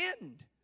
end